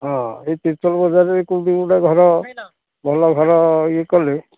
ହଁ ଏହି ତିର୍ତ୍ତୋଲ ବଜାରରେ କେଉଁଠି ଗୋଟିଏ ଘର ଭଲ ଘର ଇଏ କଲେ